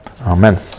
Amen